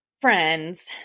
friends